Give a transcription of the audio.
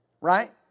right